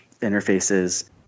interfaces